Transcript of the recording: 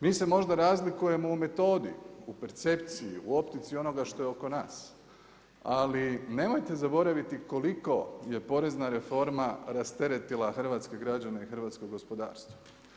Mi se možda razlikujemo u metodi, u percepciji, u optici onoga što je oko nas, ali nemojte zaboraviti koliko je porezna reforma rasteretila hrvatske građane i hrvatsko gospodarstvo.